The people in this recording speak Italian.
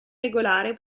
regolare